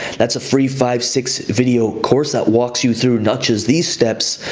that's a free five, six video course that walks you through not just these steps,